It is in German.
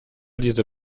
diese